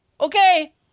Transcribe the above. Okay